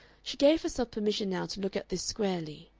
she gave herself permission now to look at this squarely.